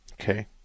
Okay